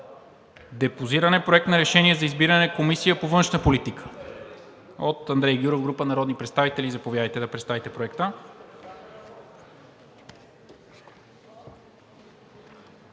Депозиран е Проект на решение за избиране на Комисия по външна политика от Андрей Гюров и група народни представители. Заповядайте да представите Проекта.